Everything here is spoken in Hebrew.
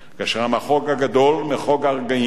וכשהמחוג הגדול, מחוג הרגעים,